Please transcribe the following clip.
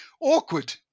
awkward